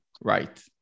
right